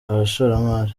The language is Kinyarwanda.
abashoramari